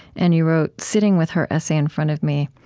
and you wrote, sitting with her essay in front of me,